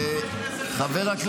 שני חבר'ה,